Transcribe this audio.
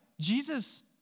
Jesus